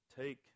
Take